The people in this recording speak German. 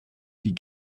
die